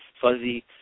fuzzy